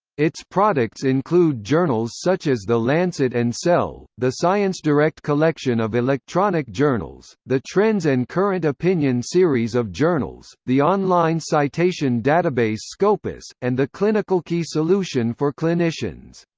its products include journals such as the lancet and cell, the sciencedirect collection of electronic journals, the trends and current opinion series of journals, the online citation database scopus, and the clinicalkey solution for clinicians.